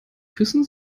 küssen